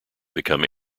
become